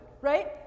right